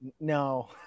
no